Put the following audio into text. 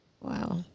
Wow